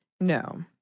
No